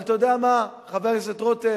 אבל אתה יודע מה, חבר הכנסת רותם?